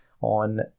on